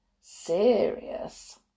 serious